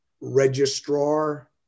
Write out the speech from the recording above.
registrar